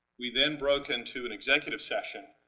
we then broke into an executive session,